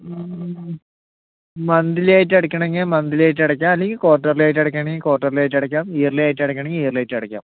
monthly ആയിട്ട് അടക്കണം എങ്കിൽ മന്ത്ലി ആയിട്ട് അടക്കാം അല്ലെങ്കിൽ കോട്ടേർലി ആയിട്ട് അടക്കുകയാണെങ്കിൽ കോട്ടേർലി ആയിട്ട് അടക്കാം ഇയർലി ആയിട്ട് അടക്കുകയാണെങ്കിൽ ഇയർലി ആയിട്ട് അടക്കാം